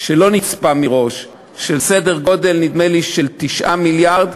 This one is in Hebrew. שלא נצפה מראש, בסדר גודל, נדמה לי, של 9 מיליארד,